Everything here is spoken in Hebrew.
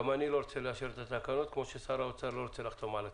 גם אני לא רוצה לאשר את התקנות כמו ששר האוצר לא רוצה לחתום על הצו.